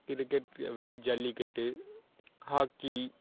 cricket அப்படி jallikattu hockey